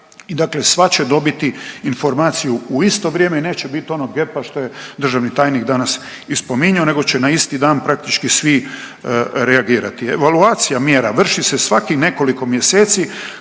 dakle sva će dobiti informaciju u isto vrijeme i neće bit onog gepa što je državni tajnik danas i spominjao, nego će na isti dan praktički svi reagirati. Evaluacija mjera vrši se svakih nekoliko mjeseci